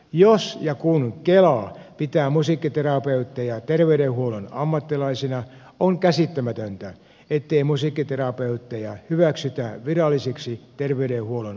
jos ja kun kela pitää musiikkiterapeutteja terveydenhuollon ammattilaisina on käsittämätöntä ettei musiikkiterapeutteja hyväksytä virallisiksi terveydenhuollon ammattihenkilöiksi